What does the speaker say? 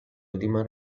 última